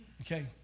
Okay